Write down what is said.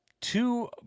two